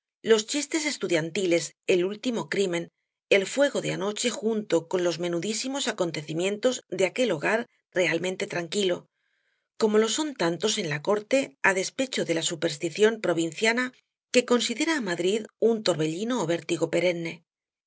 los chistes estudiantiles el último crimen el fuego de anoche junto con los menudísimos acontecimientos de aquel hogar realmente tranquilo como lo son tantos en la corte á despecho de la superstición provinciana que considera á madrid un torbellino ó vértigo perenne